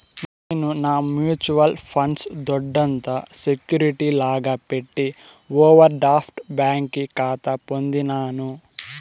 నేను నా mutual funds దొడ్డంత సెక్యూరిటీ లాగా పెట్టి ఓవర్ డ్రాఫ్ట్ బ్యాంకి కాతా పొందినాను